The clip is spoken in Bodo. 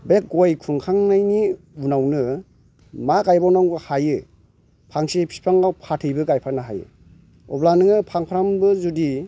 बे गय खुंखांनायनि उनावनो मा गायबावनो हायो फांसे फिफाङाव फाथैबो गायफानो हायो अब्ला नोङो फांफ्रामबो जुदि